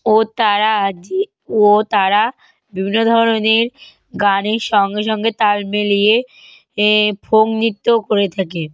ও তারা আজই ও তারা বিভিন্ন ধরনের গানের সঙ্গে সঙ্গে তাল মিলিয়ে এ ফোক নৃত্যও করে থাকে